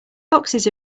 foxes